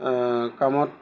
কামত